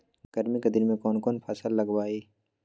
गर्मी के दिन में कौन कौन फसल लगबई?